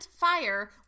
Fire